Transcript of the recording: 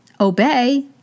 obey